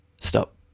Stop